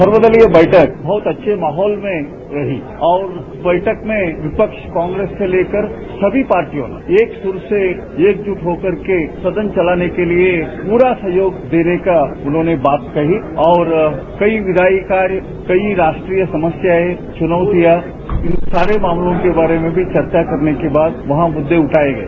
सर्वदलीय बैठक बहुत अच्छे माहौल में रही और बैठक में विपक्ष कांग्रेस से लेकर सभी पार्टियों ने एक सुर से एकजुट होकर सदन चलाने के लिए पूरा सहयोग देने की उन्होंने बात कही और कई विधायी कार्य कई राष्ट्रीय समस्याएं चुनौतियां इन सारे मामलों के बारे में भी चर्चा करने के बाद वहां मुद्दे उठाये गए